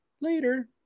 later